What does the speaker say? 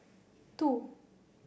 two